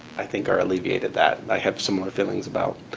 i think are alleviated. that, i have similar feelings about.